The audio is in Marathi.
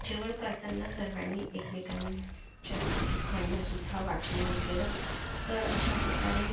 जेवण करताना सर्वांनी एकमेकांच्या सुखदुःखांनासुद्धा वाटून घेतलेलं तर अशा प्रकारे